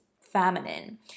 feminine